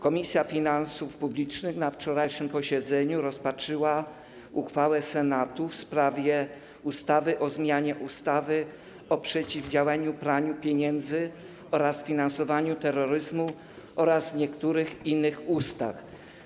Komisja Finansów Publicznych na wczorajszym posiedzeniu rozpatrzyła uchwałę Senatu w sprawie ustawy o zmianie ustawy o przeciwdziałaniu praniu pieniędzy oraz finansowaniu terroryzmu oraz niektórych innych ustaw.